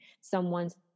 Someone's